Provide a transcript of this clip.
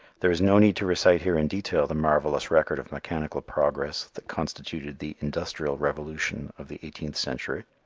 there is no need to recite here in detail the marvelous record of mechanical progress that constituted the industrial revolution of the eighteenth century.